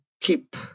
keep